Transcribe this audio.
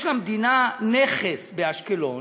יש למדינה נכס באשקלון,